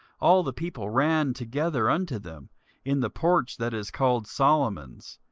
all the people ran together unto them in the porch that is called solomon's,